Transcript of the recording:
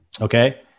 Okay